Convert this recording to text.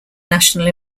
national